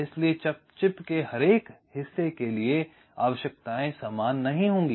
इसलिए चिप के हर हिस्से के लिए आवश्यकताएं समान नहीं होंगी